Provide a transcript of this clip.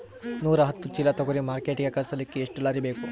ನೂರಾಹತ್ತ ಚೀಲಾ ತೊಗರಿ ಮಾರ್ಕಿಟಿಗ ಕಳಸಲಿಕ್ಕಿ ಎಷ್ಟ ಲಾರಿ ಬೇಕು?